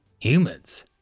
Humans